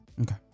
Okay